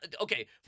okay